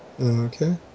Okay